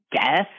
guess